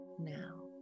now